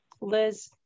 Liz